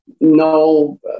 No